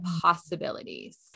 possibilities